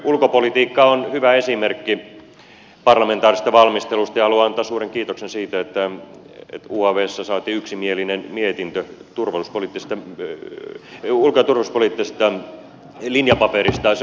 ulkopolitiikka on hyvä esimerkki parlamentaarisesta valmistelusta ja haluan antaa suuren kiitoksen siitä että uavssä saatiin yksimielinen mietintö ulko ja turvallisuuspoliittisesta linjapaperista